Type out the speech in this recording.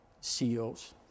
CEOs